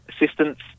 assistance